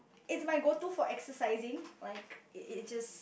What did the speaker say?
it's my go to for exercising like it it's just